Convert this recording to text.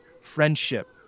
friendship